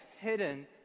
hidden